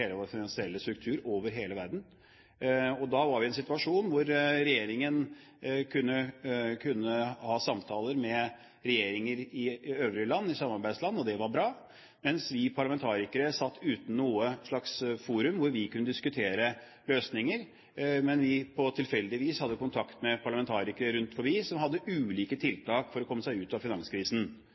finansielle struktur over hele verden holdt på å bryte sammen. Da var vi i en situasjon hvor regjeringen kunne ha samtaler med regjeringer i øvrige land, i samarbeidsland – og det var bra – mens vi parlamentarikere satt uten noe slags forum hvor vi kunne diskutere løsninger. Tilfeldigvis hadde vi kontakt med parlamentarikere rundt om, som hadde ulike tiltak for å komme seg ut av finanskrisen.